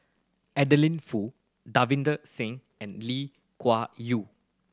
Adeline Foo Davinder Singh and Lee Yew